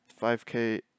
5k